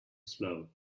slow